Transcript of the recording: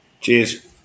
Cheers